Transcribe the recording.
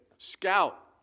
Scout